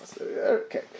Okay